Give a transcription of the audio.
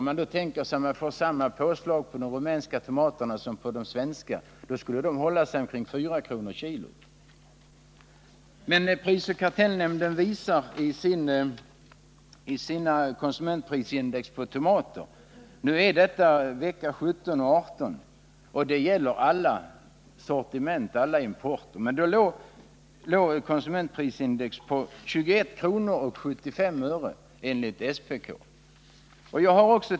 Om man hade samma påslag på de rumänska tomaterna som på de svenska, skulle de hålla sig på omkring 4 kr. per kilogram. Prisoch kartellnämnden visar emellertid i sitt konsumentprisindex — det avser veckorna 17 och 18 och gäller alla sortiment — att priset låg på 21:75 kr.